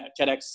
TEDx